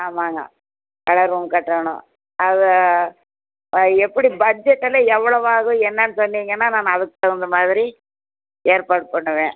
ஆமாங்க கடை ரூம் கட்டணும் அது எப்படி பட்ஜெட்டெலாம் எவ்வளவாகும் என்னென்னு சொன்னீங்கன்னால் நான் அதுக்குத் தகுந்த மாதிரி ஏற்பாடு பண்ணுவேன்